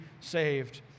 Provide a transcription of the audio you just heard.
saved